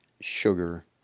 sugar